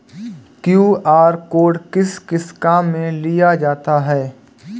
QR code किस किस काम में लिया जाता है?